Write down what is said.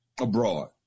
abroad